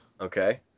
Okay